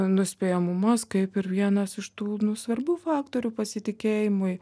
nuspėjamumas kaip ir vienas iš tų nu svarbų faktorių pasitikėjimui